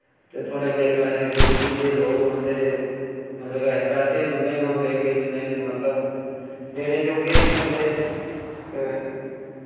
ते थोह्ड़े मेरे कच्छ इ'यां गरीब जेह् लोक औंदे उं'दे कच्छ पैसे बी उन्ने गै होंदे के जिन्ने मतलब देने जोग्गे निं होंदे ते